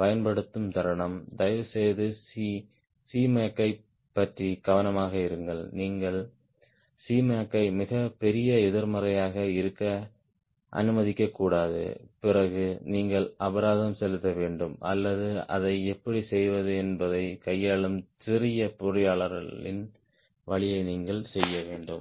பயன்படுத்தும் தருணம் தயவுசெய்து Cmac ஐப் பற்றி கவனமாக இருங்கள் நீங்கள் Cmac ஐ மிகப் பெரிய எதிர்மறையாக இருக்க அனுமதிக்கக் கூடாது பிறகு நீங்கள் அபராதம் செலுத்த வேண்டும் அல்லது அதை எப்படி செய்வது என்பதைக் கையாளும் சிறிய பொறியாளரின் வழியை நீங்கள் செய்ய வேண்டும்